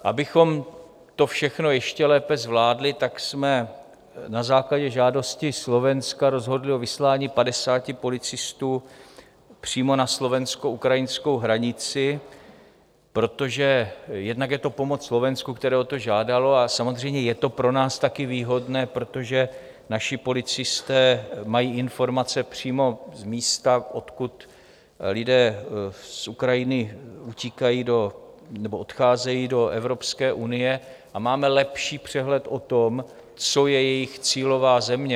Abychom to všechno ještě lépe zvládli, tak jsme na základě žádosti Slovenska rozhodli o vyslání 50 policistů přímo na slovenskoukrajinskou hranici, protože jednak je to pomoc Slovensku, které o to žádalo, a samozřejmě je to pro nás také výhodné, protože naši policisté mají informace přímo z místa, odkud lidé z Ukrajiny odcházejí do Evropské unie, a máme lepší přehled o tom, jaká je jejich cílová země.